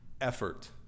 effort